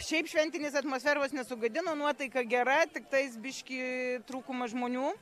šiaip šventinės atmosferos nesugadino nuotaika gera tiktais biškį trūkumas žmonių